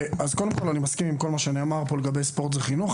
אז קודם כל אני מסכים עם כל מה שנאמר פה לגבי ספורט וחינוך.